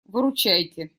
выручайте